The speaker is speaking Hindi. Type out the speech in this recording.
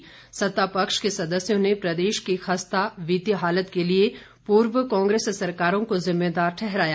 वहीं सत्तापक्ष के सदस्यों ने प्रदेश की खस्ता वित्तीय हालत के लिए पूर्व कांग्रेस सरकारों को जिम्मेदार ठहराया